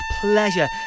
pleasure